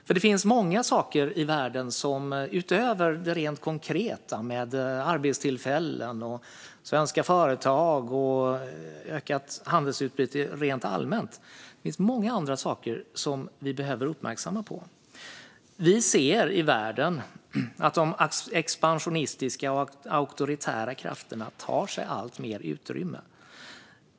För det finns många saker i världen utöver det rent konkreta - arbetstillfällen, svenska företag, ökat handelsutbyte rent allmänt - som vi behöver vara uppmärksamma på. Vi ser i världen att de expansionistiska och auktoritära krafterna tar sig alltmer utrymme.